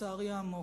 לצערי העמוק.